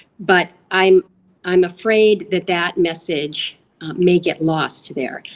but i'm i'm afraid that that message may get lost there.